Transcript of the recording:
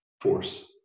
force